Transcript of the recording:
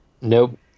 Nope